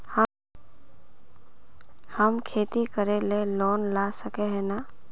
हम खेती करे ले लोन ला सके है नय?